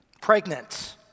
Pregnant